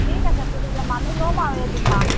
ঠিক আছে ঠিক আছে মানি ল'ম আৰু এই দুমাহ